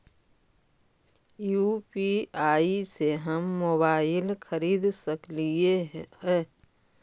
UPI से हम mobile खरिद सकलिऐ है